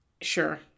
sure